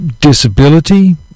disability